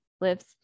lives